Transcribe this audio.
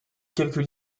quelques